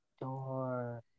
door